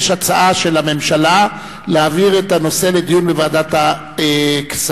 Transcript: יש הצעה של הממשלה להעביר את הנושא לדיון בוועדת הכספים.